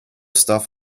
stuff